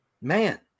Man